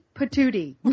Patootie